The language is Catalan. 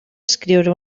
escriure